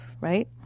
right